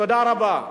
תודה רבה.